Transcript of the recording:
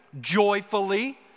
joyfully